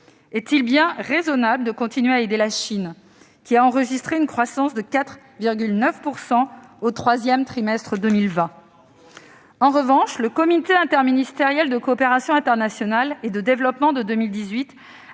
Est-il bien raisonnable de continuer à aider la Chine, qui a enregistré une croissance de 4,9 % au troisième trimestre de 2020 ? En revanche, le Comité interministériel de coopération internationale et de développement de 2018